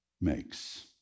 makes